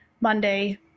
Monday